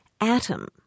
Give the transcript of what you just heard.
atom